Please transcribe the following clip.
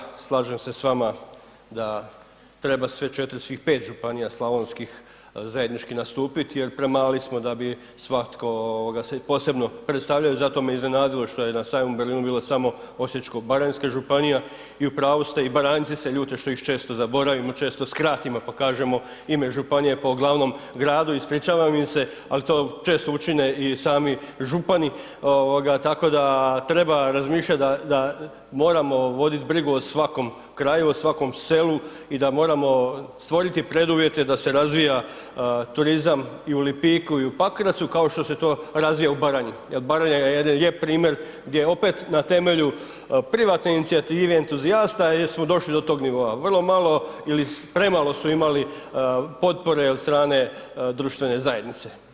Pa kolega, slažem se s vama da treba sve 4, svih 5 županija slavonskih zajednički nastupit jer premali smo da bi svatko ovoga se posebno predstavljaju, zato me iznenadilo što je na sajmu u Berlinu bilo samo osječko-baranjska županija i u pravu ste i Baranjci se ljute što ih često zaboravimo, često skratimo, pa kažemo ime županije po glavnom gradu, ispričavam im se, al to često učine i sami župani, tako da treba razmišljat da moramo vodit brigu o svakom kraju, o svakom selu i da moramo stvoriti preduvjete da se razvija turizam i u Lipiku i u Pakracu, kao što se to razvija u Baranji jer Baranja je jedan lijep primjer gdje opet na temelju privatne inicijative, entuzijasta, jer smo došli do tog nivoa, vrlo malo ili premalo su imali potpore od strane društvene zajednice.